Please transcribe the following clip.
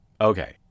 Okay